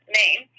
name